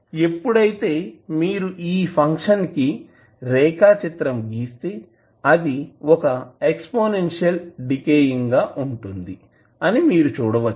ఎప్పుడైతే మీరు ఈ ఫంక్షన్ కి రేఖాచిత్రం గీస్తే అది ఒక ఎక్స్పోనెన్షియల్ డికెయింగ్ గా ఉంటుంది అని మీరు చూడవచ్చు